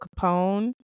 Capone